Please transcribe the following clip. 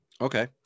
Okay